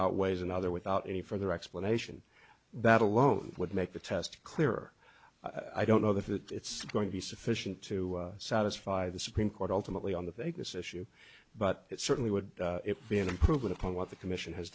outweighs another without any further explanation that alone would make the test clearer i don't know if it's going to be sufficient to satisfy the supreme court ultimately on the think this issue but it certainly would be an improvement on what the commission has